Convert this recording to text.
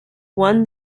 won